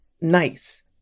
nice